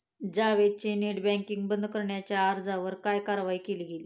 जावेदच्या net banking बंद करण्याच्या अर्जावर काय कारवाई केली गेली?